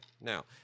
Now